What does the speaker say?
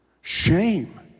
Shame